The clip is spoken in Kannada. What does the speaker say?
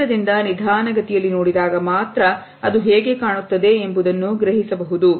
ಹತ್ತಿರದಿಂದ ನಿಧಾನಗತಿಯಲ್ಲಿ ನೋಡಿದಾಗ ಮಾತ್ರ ಅದು ಹೇಗೆ ಕಾಣುತ್ತದೆ ಎಂಬುದನ್ನು ಗ್ರಹಿಸಬಹುದು